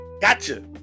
gotcha